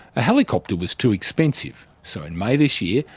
a helicopter was too expensive. so in may this year,